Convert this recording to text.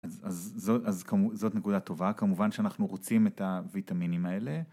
אז זאת נקודה טובה, כמובן שאנחנו רוצים את הויטמינים האלה